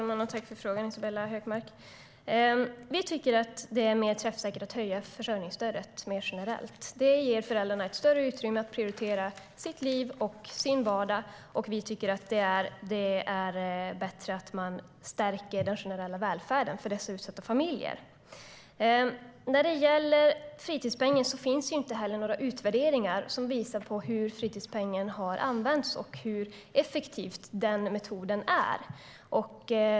Herr talman! Vi tycker att det är mer träffsäkert att höja försörjningsstödet generellt. Det ger föräldrarna ett större utrymme att prioritera i sitt liv och sin vardag. Vi tycker att det är bättre att man stärker den generella välfärden för dessa utsatta familjer. När det gäller fritidspengen finns inga utvärderingar som visar hur den har använts och hur effektiv den är.